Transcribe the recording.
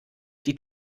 die